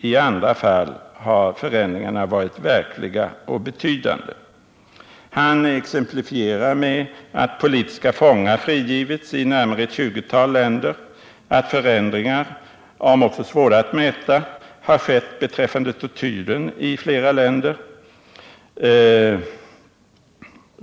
I andra fall har förändringarna varit verkliga och betydande.” Thomas Hammarberg exemplifierar med att politiska fångar frigivits i närmare ett 20-tal u-länder, att förändringar — om också svåra att mäta — har skett beträffande tortyren i flera länder.